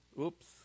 Oops